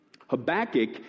Habakkuk